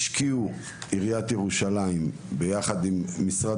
עיריית ירושלים השקיעה ביחד עם המשרד